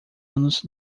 anos